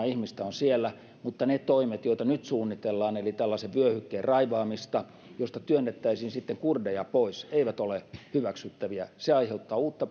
ihmistä on siellä mutta ne toimet joita nyt suunnitellaan eli tällaisen vyöhykkeen raivaaminen josta josta työnnettäisiin sitten kurdeja pois eivät ole hyväksyttäviä se aiheuttaa uutta